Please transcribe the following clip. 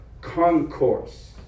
concourse